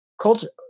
culture